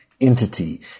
entity